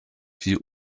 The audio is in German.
wie